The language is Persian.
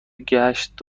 گشت